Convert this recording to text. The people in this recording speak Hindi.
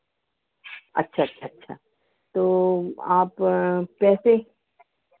अच्छा अच्छा अच्छा तो आप पैसे